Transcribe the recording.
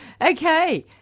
Okay